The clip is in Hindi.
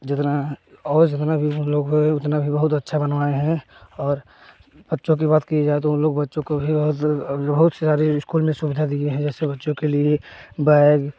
जितना और जितना भी मतलब लोग हैं उतना भी बहुत अच्छा बनवाए हैं और बच्चों की बात की जाए तो उन लोग बच्चों को भी बहुत अब बहुत सारी स्कूल सुविधा दिए हैं जैसे बच्चो के लिए बैग